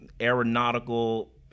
aeronautical